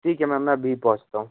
ठीक है मैम मैं अभी पहुँचता हूँ